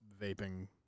vaping